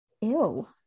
Ew